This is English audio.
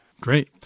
Great